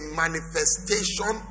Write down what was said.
manifestation